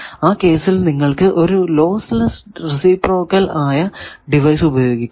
ആ കേസിൽ നിങ്ങൾക്കു ഒരു ലോസ് ലെസ്സ് റെസിപ്രോക്കൽ ആയ ഡിവൈസ് ഉപയോഗിക്കാം